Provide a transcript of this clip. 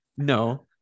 no